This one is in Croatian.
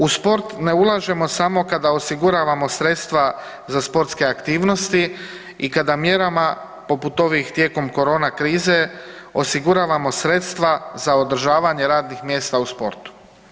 U sport ne ulažemo samo kada osiguravamo sredstva za sportske aktivnosti i kada mjerama poput ovih tijekom koronakrize osiguravamo sredstva za održavanje radnih mjesta u sportu.